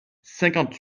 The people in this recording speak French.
cinquante